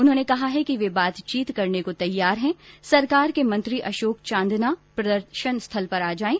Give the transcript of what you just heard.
उन्होंने कहा कि वे बातचीत को तैयार हैं सरकार के मंत्री अशोक चांदना प्रदर्शनस्थल पर आ जायें